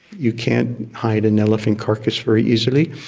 you can't hide an elephant carcass very easily.